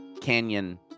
canyon